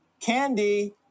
candy